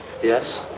Yes